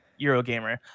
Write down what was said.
Eurogamer